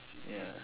ya